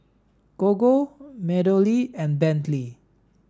Gogo MeadowLea and Bentley